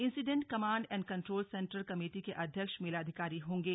incident command and control centre committee के अध्यक्ष मेलाधिकारी होंगे